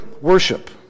worship